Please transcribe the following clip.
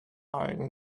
eyeing